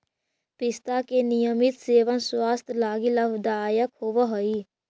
पिस्ता के नियमित सेवन स्वास्थ्य लगी लाभदायक होवऽ हई